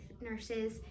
nurses